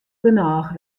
genôch